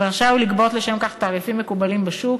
ורשאי הוא לגבות לשם כך תעריפים מקובלים בשוק,